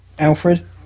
Alfred